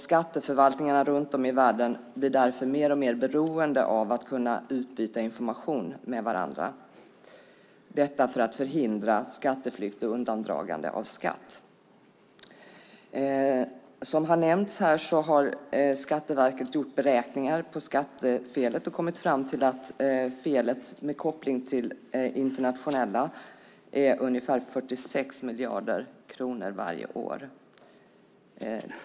Skatteförvaltningarna runt om i världen blir därför mer och mer beroende av att kunna utbyta information med varandra, detta för att förhindra skatteflykt och undandragande av skatt. Som har nämnts här har Skatteverket gjort beräkningar på skattefelet och kommit fram till att felet med internationell koppling är ungefär 46 miljarder kronor varje år.